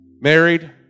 married